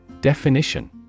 Definition